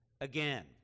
again